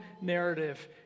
narrative